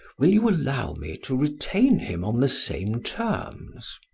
will you allow me to retain him on the same terms?